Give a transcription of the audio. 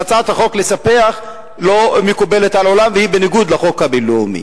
והצעת החוק לספח לא מקובלת על העולם והיא בניגוד לחוק הבין-לאומי.